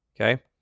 okay